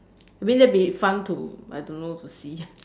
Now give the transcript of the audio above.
I mean that'd be fun to I don't know to see